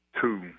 two